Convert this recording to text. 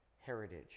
heritage